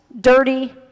dirty